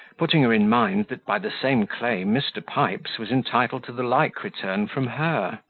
putting her in mind, that by the same claim mr. pipes was entitled to the like return from her.